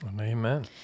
Amen